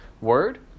word